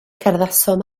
cerddasom